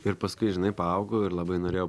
ir paskui žinai paaugau ir labai norėjau